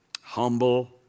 humble